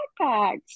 backpacks